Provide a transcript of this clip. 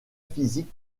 physique